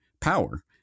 power